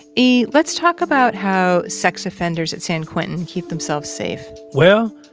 e, let's talk about how sex offenders at san quentin keep themselves safe well,